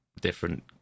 different